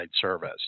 service